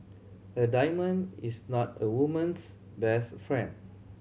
a diamond is not a woman's best friend